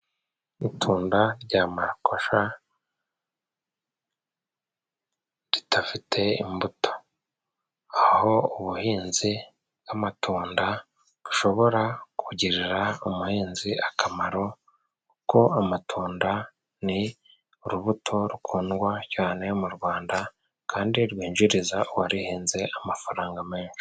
Itunda rya marakuja ridafite imbuto, aho ubuhinzi bw'amatunda bushobora kugirira umuhinzi akamaro, kuko amatunda ni urubuto rukundwa cyane mu Rwanda kandi rwinjiriza uwaruhinze amafaranga menshi.